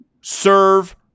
serve